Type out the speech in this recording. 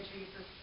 Jesus